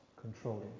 controlling